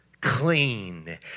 clean